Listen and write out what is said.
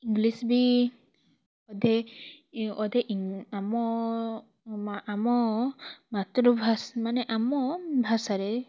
English ବି ଅଧେ ଅଧେ ଆମ ଆମ ମାତୃଭାଷା ମାନେ ଆମ ଭାଷାରେ